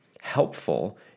helpful